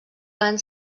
van